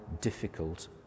difficult